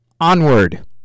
Onward